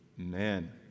Amen